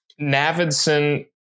Navidson